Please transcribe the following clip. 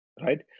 right